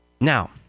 Now